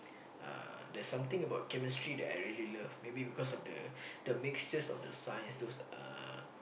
uh there's something about chemistry that I really love maybe because of the the mixtures of the science those uh